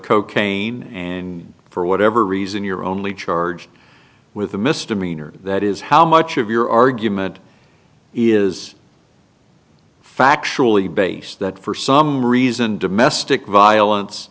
cocaine and for whatever reason you're only charged with a misdemeanor that is how much of your argument is factually based that for some reason domestic violence